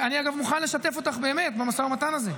אני באמת מוכן לשתף אותך במשא ומתן הזה,